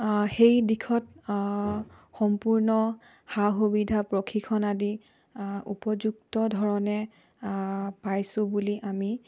সেই দিশত সম্পূৰ্ণ সা সুবিধা প্ৰশিক্ষণ আদি উপযুক্ত ধৰণে পাইছোঁ বুলি আমি